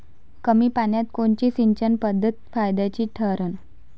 कमी पान्यात कोनची सिंचन पद्धत फायद्याची ठरन?